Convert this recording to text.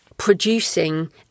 Producing